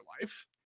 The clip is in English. life